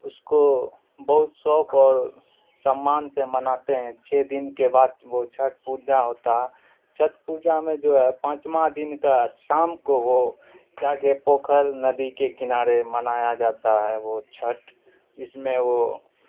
اس کو بہت سوک اور سمان سے مناتے ہیں چھ دن کے بعد وہ چھٹ پوجا ہوتا ہے چھٹ پوجا میں جو ہے پانچواں دن کا شام کو وہ جا کے پوکھر ندی کے کنارے منایا جاتا ہے وہ چھٹ جس میں وہ